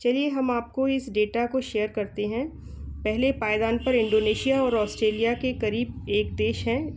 चलिए हम आप को इस डेटा को शेयर करते हैं पहले पायदान पर इंडोनेशिया और ऑस्ट्रेलिया के क़रीब एक देश है